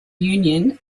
union